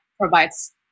provides